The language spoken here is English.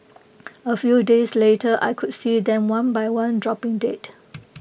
A few days later I could see them one by one dropping dead